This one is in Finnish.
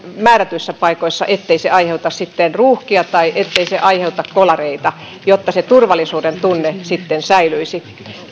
määrätyissä paikoissa ettei se sitten aiheuta ruuhkia tai ettei se aiheuta kolareita jotta turvallisuudentunne säilyisi